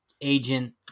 agent